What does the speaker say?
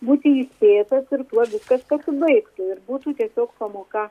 būti įspėtas ir tuo viskas pasibaigtų ir būtų tiesiog pamoka